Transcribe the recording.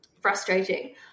frustrating